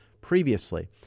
previously